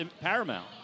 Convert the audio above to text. paramount